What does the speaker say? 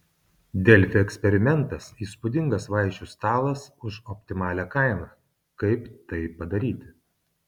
delfi eksperimentas įspūdingas vaišių stalas už optimalią kainą kaip tai padaryti